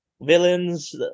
villains